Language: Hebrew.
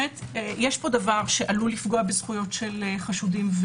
יש פה דבר שעשוי לפגוע בזכויות של נאשמים וחשודים.